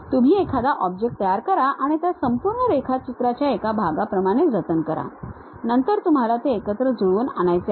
तुम्ही एखादा ऑब्जेक्ट तयार करा आणि त्यास संपूर्ण रेखाचित्राच्या एका भागाप्रमाणे जतन करा नंतर तुम्हाला ते एकत्र जुळवून आणायचे आहेत